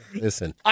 Listen